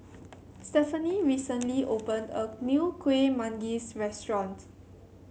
Stephanie recently opened a new Kuih Manggis restaurant